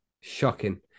Shocking